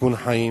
סיכון חיים,